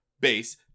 base